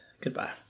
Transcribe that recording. Goodbye